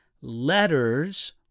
letters